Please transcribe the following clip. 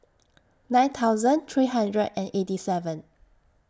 nine thousand three hundred and eighty seven